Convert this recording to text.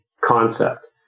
concept